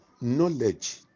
knowledge